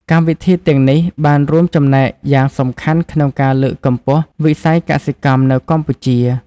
កម្មវិធីទាំងនេះបានរួមចំណែកយ៉ាងសំខាន់ក្នុងការលើកកម្ពស់វិស័យកសិកម្មនៅកម្ពុជា។